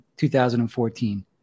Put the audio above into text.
2014